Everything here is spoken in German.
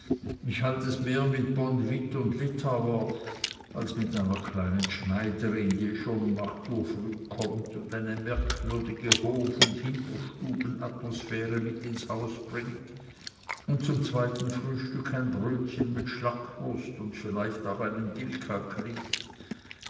ich halt es mehr mit bonwitt und littauer als mit einer kleinen schneiderin die schon um acht uhr früh kommt und eine merkwürdige hof und hinterstubenatmosphäre mit ins haus bringt und zum zweiten frühstück ein brötchen mit schlackwurst und vielleicht auch einen gilka kriegt